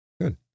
Good